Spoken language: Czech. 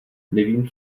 nevím